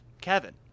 Kevin